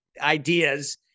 ideas